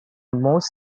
most